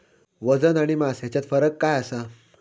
वजन आणि मास हेच्यात फरक काय आसा?